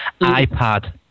iPad